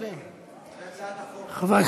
אולי תגיד את דעתך האישית,